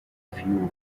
few